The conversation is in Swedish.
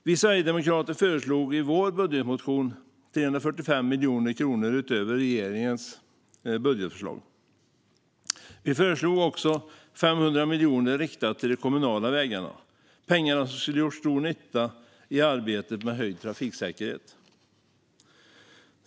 Vi sverigedemokrater föreslog i vår budgetmotion 345 miljoner kronor utöver regeringens budgetförslag. Vi föreslog också 500 miljoner riktat till de kommunala vägarna - pengar som skulle ha gjort stor nytta i arbetet med höjd trafiksäkerhet.